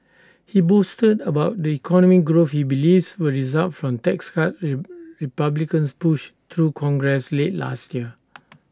he boasted about the economic growth he believes will result from tax cuts republicans pushed through congress late last year